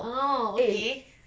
oh okay